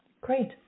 Great